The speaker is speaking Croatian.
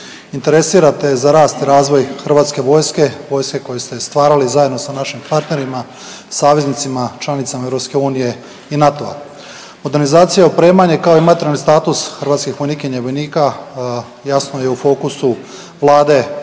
interesirate za rast i razvoj Hrvatske vojske, vojske koju ste stvarali zajedno sa našim partnerima saveznicima, članicama EU i NATO-a. Modernizacija, opremanje kao i materijalni status hrvatskih vojnikinja i vojnika jasno je u fokusu Vlade